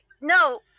no